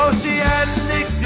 Oceanic